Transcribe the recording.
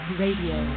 radio